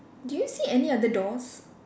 do you see any other doors